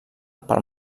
pel